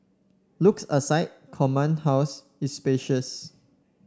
looks aside Command House is spacious